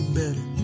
better